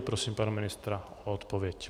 Prosím pana ministra o odpověď.